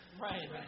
Right